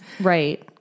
Right